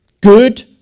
Good